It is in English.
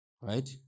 right